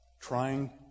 trying